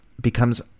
becomes